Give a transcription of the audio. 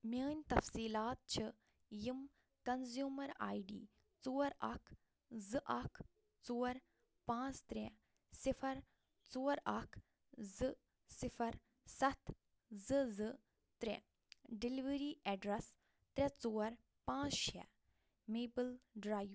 میٛٲنۍ تفصیٖلات چھ یِم کنزیٛومر آے ڈی ژور اکھ زٕ اکھ ژور پانٛژھ ترٛےٚ صفر ژور اکھ زٕ صفر ستھ زٕ زٕ ترٛےٚ ڈیٚلؤری ایٚڈرس ترٛےٚ ژور پانٛژھ شےٚ میپٕل ڈرٛایو